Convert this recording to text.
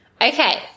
Okay